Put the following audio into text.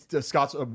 Scott's